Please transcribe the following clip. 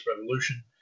Revolution